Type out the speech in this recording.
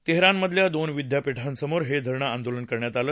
तेहरानमधल्या दोन विद्यापीठांसमोर हे धरणं आंदोलन करण्यात आलं